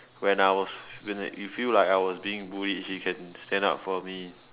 when I was when that it feel like I was being bullied she can stand up for me